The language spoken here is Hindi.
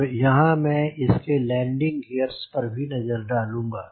और यहाँ मैं इसके लैंडिंग गियर्स पर भी नजर डालूंगा